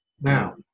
now